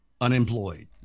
unemployed